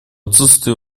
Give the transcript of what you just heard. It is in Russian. отсутствие